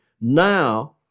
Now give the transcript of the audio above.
Now